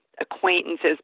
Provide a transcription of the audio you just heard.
acquaintances